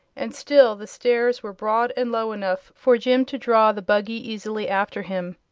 and still the stairs were broad and low enough for jim to draw the buggy easily after him.